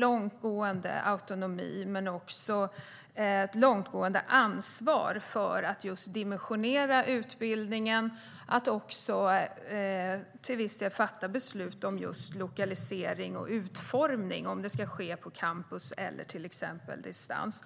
långtgående autonomi men också ett långtgående ansvar för att dimensionera utbildningen och till viss del fatta beslut om lokalisering och utformning ska ske på campus eller till exempel på distans.